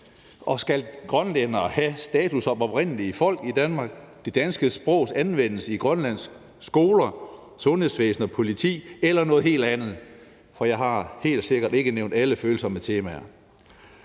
om grønlændere skal have status som oprindeligt folk i Danmark, det danske sprogs anvendelse i Grønlands skoler, sundhedsvæsen og politi eller noget helt andet. For jeg har helt sikkert ikke nævnt alle følsomme temaer.